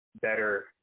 better